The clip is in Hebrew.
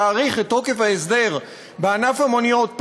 להאריך את תוקף ההסדר בענף המוניות,